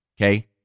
Okay